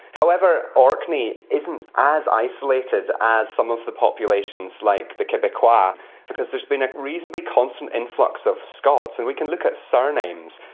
however, orkney isn't as isolated as some of the populations like the quebecois because there has been a reasonably constant influx of scots, and we can look at surnames,